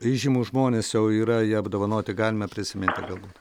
įžymūs žmonės jau yra ja apdovanoti galime prisiminti galbūt